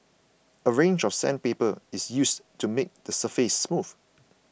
a range of sandpaper is used to make the surface smooth